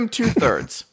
two-thirds